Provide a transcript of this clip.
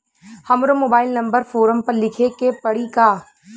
हमरो mobile number form पर लिखे के पड़ी का?